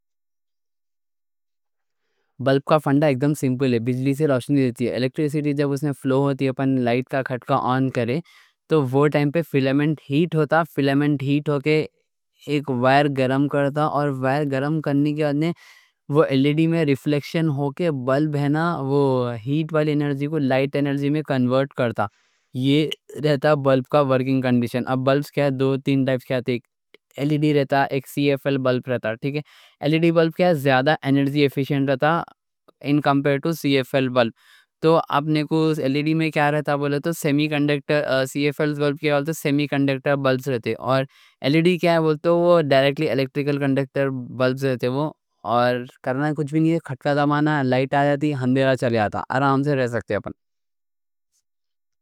بلب کا فنڈا اکدم سمپل ہے۔ بجلی سے روشنی دیتی ہے۔ الیکٹریسٹی جب اس میں فلو ہوتی، اپن لائٹ کا کھٹکا آن کرے تو وہ ٹائم پہ فلامنٹ ہیٹ ہوتا۔ فلامنٹ ہیٹ ہو کے وائر گرم کرتا، اور وائر گرم کرنے کے بعد وہ ایل ای ڈی میں ریفلیکشن ہو کے، بلب ہے نا، وہ ہیٹ والی انرجی کو لائٹ انرجی میں کنورٹ کرتا۔ یہ رہتا بلب کا ورکنگ کنڈیشن۔ اب بلب کیا ہے، دو تین ٹائپ رہتے: ایک ایل ای ڈی رہتا، ایک سی ایف ایل بلب رہتا۔ ایل ای ڈی بلب کیا ہے، زیادہ انرجی ایفیشنٹ رہتا، ان کمپیرٹو سی ایف ایل بلب۔ تو اپن کو اس ایل ای ڈی میں کیا رہتا بولے تو سیمی کنڈکٹر رہتا۔ اور ایل ای ڈی کیا ہے بولتا، وہ ڈائریکٹلی الیکٹریکل کنڈکٹر بلب رہتا۔ اور کرنا کچھ بھی نہیں، کھٹکا دبانا، لائٹ آجاتی، اندھیرا چلا جاتا، آرام سے رہ سکتے اپن۔